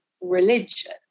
religion